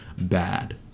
bad